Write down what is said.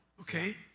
okay